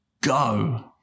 Go